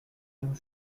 homme